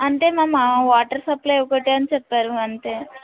అంటే మ్యామ్ ఆ water supply ఒకటే అని చెప్పారు అంతే